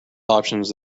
options